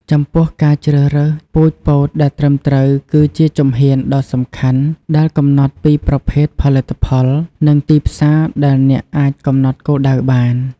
ចំពោះការជ្រើសរើសពូជពោតដែលត្រឹមត្រូវគឺជាជំហានដ៏សំខាន់ដែលកំណត់ពីប្រភេទផលិតផល និងទីផ្សារដែលអ្នកអាចកំណត់គោលដៅបាន។